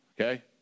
okay